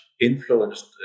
influenced